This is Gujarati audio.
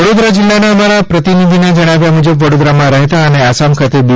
વડોદરા શહિદ અમારા વડોદરાના પ્રતિનિધિના જણાવ્યા મુજબ વડોદરામાં રહેતા અને આસામ ખાતે બી